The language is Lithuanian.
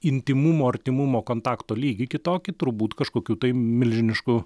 intymumo artimumo kontakto lygį kitokį turbūt kažkokių tai milžiniškų